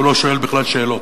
שהוא לא שואל שאלות.